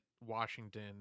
Washington